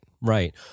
right